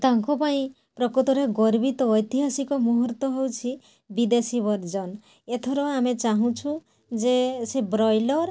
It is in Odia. ତାଙ୍କ ପାଇଁ ପ୍ରକୃତରେ ଗର୍ବିତ ଐତିହାସିକ ମୁହୂର୍ତ୍ତ ହେଉଛି ବିଦେଶୀ ବର୍ଜନ ଏଥର ଆମେ ଚାଁହୁଛୁ ଯେ ସେ ବ୍ରଏଲର